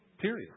Period